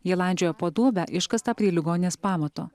jie landžiojo po duobę iškastą prie ligoninės pamato